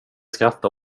skratta